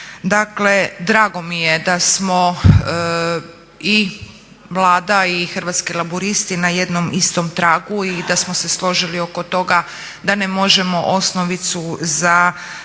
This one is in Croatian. Dakle, drago mi je da smo i Vlada i Hrvatski laburisti na jednom istom tragu i da smo se složili oko toga da ne možemo osnovicu za